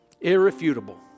irrefutable